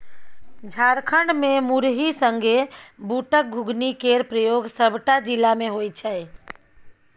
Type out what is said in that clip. झारखंड मे मुरही संगे बुटक घुघनी केर प्रयोग सबटा जिला मे होइ छै